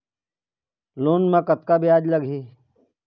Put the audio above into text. Loan म कतका ब्याज लगही?